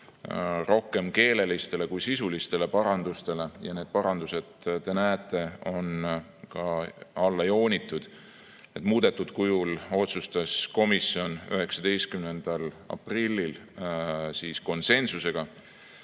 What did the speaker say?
rohkem keelelistele kui sisulistele parandustele – need parandused, te näete, on ka alla joonitud –, otsustas komisjon 19. aprillil konsensusega